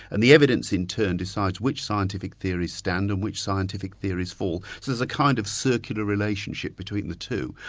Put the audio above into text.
and the evidence in turn decides which scientific theories stand and which scientific theories fall. so there's a kind of circular relationship between the two.